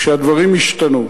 שהדברים ישתנו.